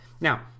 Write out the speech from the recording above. Now